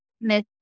Miss